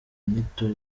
nyito